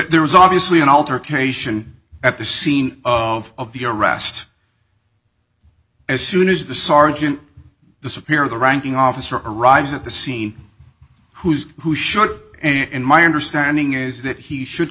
there was obviously an altercation at the scene of the arrest as soon as the sergeant disappeared the ranking officer arrives at the scene who's who should in my understanding is that he should